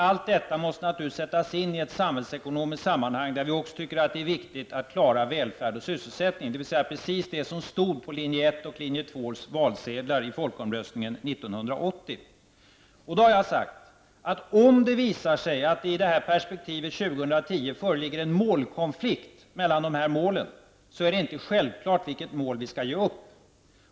Allt detta måste naturligtvis sättas in i ett samhällsekonomiskt sammanhang, där vi också tycker att det är viktigt att klara välfärd och sysselsättning, dvs. precis det som stod på linje 1:s och linje 2:s valsedlar i folkomröstningen 1980. Då har jag sagt att om det visar sig att det i perspektivet 2010 föreligger en konflikt mellan de här målen, är det inte självklart vilket mål vi skall ge upp.